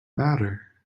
matter